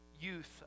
youth